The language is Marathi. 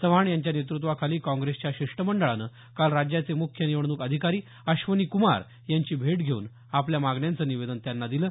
चव्हाण यांच्या नेतृत्वाखाली काँग्रेसच्या शिष्टमंडळानं काल राज्याचे मुख्य निवडणूक अधिकारी अश्वनीक्मार यांची भेट घेऊन आपल्या मागण्यांचं निवेदन दिलं